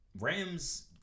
Rams –